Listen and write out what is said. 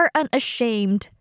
unashamed